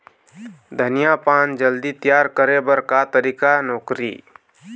धनिया पान जल्दी तियार करे बर का तरीका नोकरी?